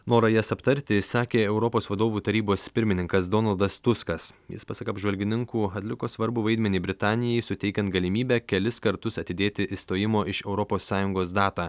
norą jas aptarti išsakė europos vadovų tarybos pirmininkas donaldas tuskas jis pasak apžvalgininkų atliko svarbų vaidmenį britanijai suteikiant galimybę kelis kartus atidėti išstojimo iš europos sąjungos datą